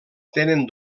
tenen